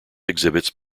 exhibits